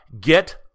Get